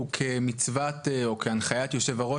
וכמצוות או כהנחיית היושב-ראש,